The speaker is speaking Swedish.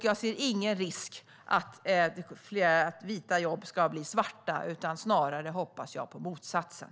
Jag ser ingen risk för att vita jobb ska bli svarta, utan snarare hoppas jag på motsatsen.